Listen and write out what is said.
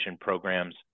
programs